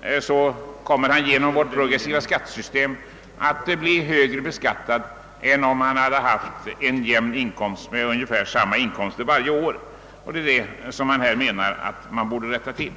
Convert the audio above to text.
blir vederbörande på grund av vårt progressiva skattesystem nu hårdare beskattad än om han haft en jämn inkomst under de båda åren. Detta menar reservanterna borde rättas till.